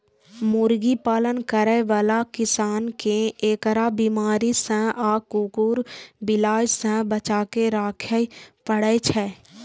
मुर्गी पालन करै बला किसान कें एकरा बीमारी सं आ कुकुर, बिलाय सं बचाके राखै पड़ै छै